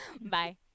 Bye